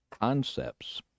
concepts